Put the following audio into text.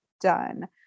done